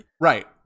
Right